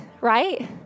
right